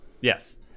Yes